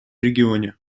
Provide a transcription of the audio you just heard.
регионе